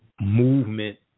movement